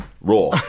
Raw